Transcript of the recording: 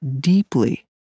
deeply